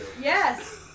Yes